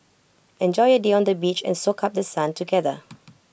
enjoy A day on the beach and soak up The Sun together